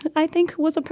i think was ah